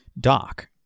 Doc